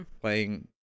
playing